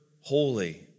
holy